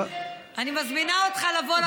אני מזמינה אותך לבוא לכותל.